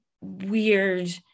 weird